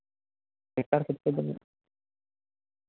tractor ᱠᱚᱛᱮ